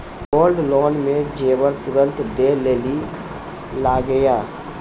Gold loan मे जेबर तुरंत दै लेली लागेया?